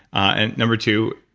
and number two,